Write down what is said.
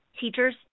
teachers